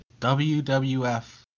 WWF